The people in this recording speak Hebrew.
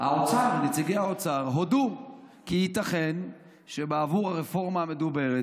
הודו נציגי האוצר כי ייתכן שבעבור הרפורמה המדוברת